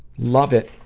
love it!